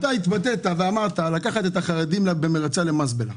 אתה התבטאת ואמרת לקחת את החרדים במריצה למזבלה.